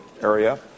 area